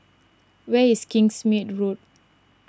where is Kingsmead Road